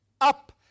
up